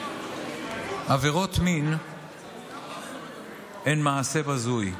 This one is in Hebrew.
עבירות מין הן מעשה בזוי,